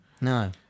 No